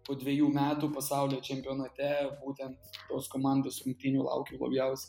po dvejų metų pasaulio čempionate būtent tos komandos rungtynių laukiau labiausiai